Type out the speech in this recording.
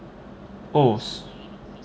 oh